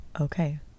okay